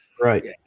right